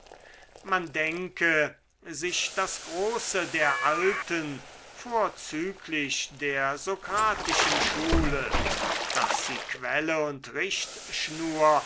man denke sich das große der alten vorzüglich der sokratischen schule daß sie quelle und richtschnur